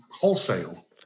wholesale